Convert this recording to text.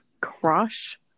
crush